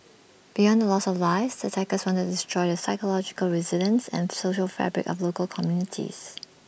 beyond the loss of lives the attackers wanted to destroy the psychological resilience and social fabric of local communities